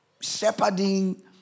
shepherding